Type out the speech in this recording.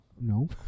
no